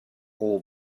all